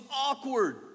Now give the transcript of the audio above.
awkward